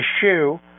shoe